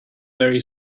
very